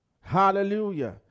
hallelujah